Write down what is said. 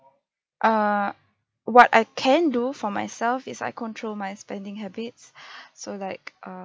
uh what I can do for myself is I control my spending habits so like uh